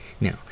Now